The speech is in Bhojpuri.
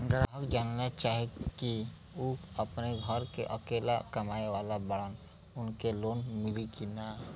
ग्राहक जानेला चाहे ले की ऊ अपने घरे के अकेले कमाये वाला बड़न उनका के लोन मिली कि न?